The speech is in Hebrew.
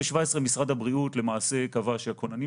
ב-2017 משרד הבריאות למעשה קבע שהכוננים